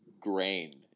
grain